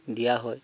দিয়া হয়